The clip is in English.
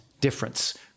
difference